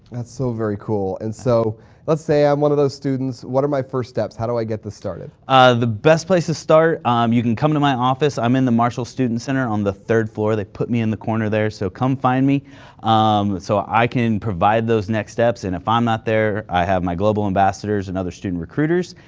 that's so very cool. and so let's say i'm one of those students what are my first steps? how do i get this started? ah the best place to start, um you can come to my office. i'm in the marshall student center on the third floor. they put me in the corner there. so come find me um so i can provide those next steps. and if i'm not there i have my global ambassadors and other student recruiters.